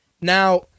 Now